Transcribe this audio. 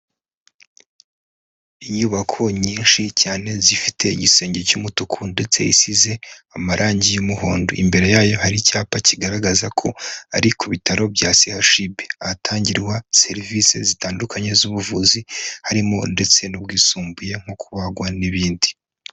Inyubako nyinshi cyane zifite igisenge cy'umutuku ndetse isize amarangi y'umuhondo, imbere yayo hari icyapa kigaragaza ko ari ku bitaro bya sehashibe hatangirwa serivisi zitandukanye z'ubuvuzi, harimo ndetse n'ubwisumbuye mu kubagwa n'ibindi.